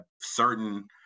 certain